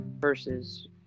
versus